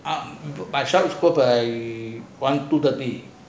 but shas go buy one two thirty